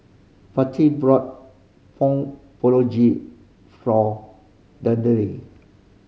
Patti brought Pong for